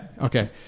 Okay